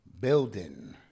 building